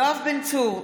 יואב בן צור,